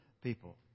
people